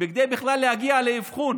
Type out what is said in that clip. כדי להגיע בכלל לאבחון.